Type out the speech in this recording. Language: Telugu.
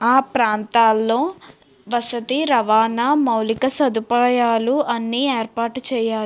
ఆ ప్రాంతాల్లో వసతి రవాణా మౌలిక సదుపాయాలు అన్ని ఏర్పాటు చేయాలి